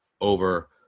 over